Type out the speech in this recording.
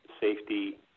safety